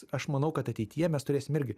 aš manau kad ateityje mes turėsim irgi